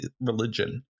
religion